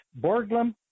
Borglum